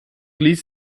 ließ